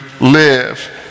live